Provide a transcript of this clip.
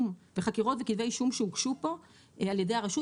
וחקירות וכתבי אישום שהוגשו פה על ידי הרשות,